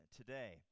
today